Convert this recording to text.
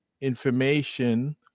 information